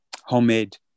homemade